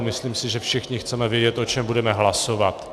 Myslím si, že všichni chceme vědět, o čem budeme hlasovat.